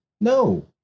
No